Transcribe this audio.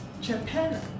Japan